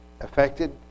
affected